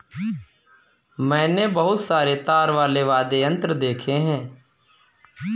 मैंने बहुत सारे तार वाले वाद्य यंत्र देखे हैं